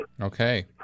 Okay